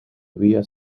villa